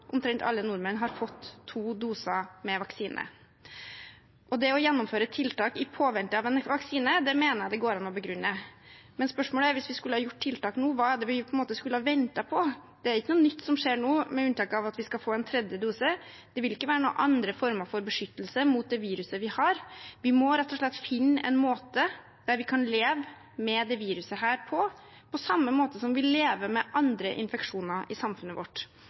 omtrent alle nordmenn har fått to doser vaksine. Det å gjennomføre tiltak i påvente av en vaksine mener jeg det går an å begrunne. Spørsmålet er: Hvis vi skulle gjort tiltak nå, hva skulle vi da på en måte ventet på? Det er ikke noe nytt som skjer nå, med unntak av at vi skal få en tredje dose. Det vil ikke være noen andre former for beskyttelse mot det viruset vi har. Vi må rett og slett finne en måte å leve med dette viruset på, på samme måte som vi lever med andre infeksjoner i samfunnet vårt.